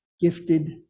gifted